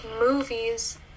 movies